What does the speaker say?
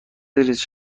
استنس